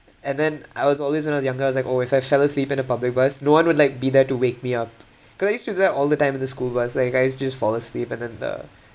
and then I was always when I was younger I was like always I fell asleep in the public bus no one would like be there to wake me up cause I used to do that all the time in the school bus like I was just fall asleep and then the